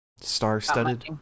star-studded